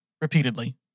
repeatedly